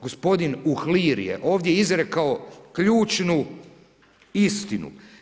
Gospodin Uhlir je ovdje izrekao ključnu istinu.